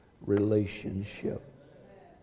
relationship